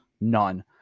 none